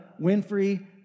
Winfrey